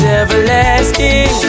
everlasting